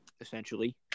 essentially